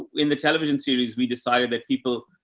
in the television series we decided that people,